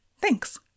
Thanks